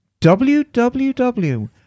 www